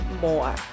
more